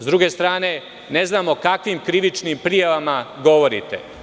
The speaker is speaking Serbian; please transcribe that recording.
S druge strane, ne znamo o kakvim krivičnim prijavama govorite.